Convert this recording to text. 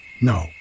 No